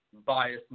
biasness